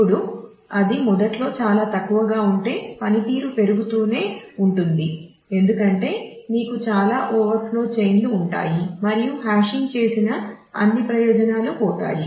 ఇప్పుడు అది మొదట్లో చాలా తక్కువగా ఉంటే పనితీరు పెరుగుతూనే ఉంటుంది ఎందుకంటే మీకు చాలా ఓవర్ఫ్లో చైన్ లు ఉంటాయి మరియు హాషింగ్ చేసిన అన్ని ప్రయోజనాలు పోతాయి